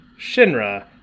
Shinra